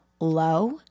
low